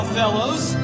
fellows